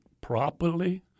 properly